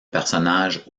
personnage